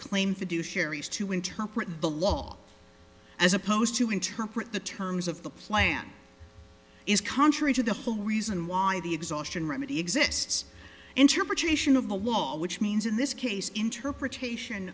fiduciaries to interpret the law as opposed to interpret the terms of the plan is contrary to the whole reason why the exhaustion remedy exists interpretation of which means in this case interpretation